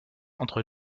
entre